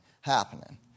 happening